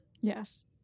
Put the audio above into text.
Yes